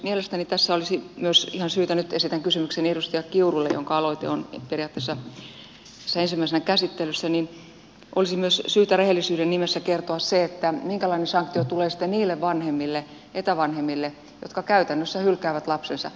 mielestäni tässä olisi myös ihan syytä nyt esitän kysymykseni edustaja kiurulle jonka aloite on periaatteessa tässä ensimmäisenä käsittelyssä olisi myös syytä rehellisyyden nimissä kertoa se minkälainen sanktio tulee sitten niille vanhemmille etävanhemmille jotka käytännössä hylkäävät lapsensa